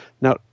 Now